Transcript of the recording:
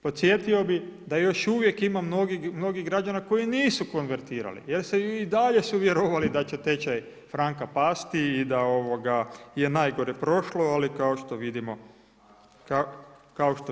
Podsjetio bih da još uvijek ima mnogih građana koji nisu konvertirali jer se i dalje su vjerovali da će tečaj franka pasti i da je najgore prošlo, ali kao što vidimo, nije.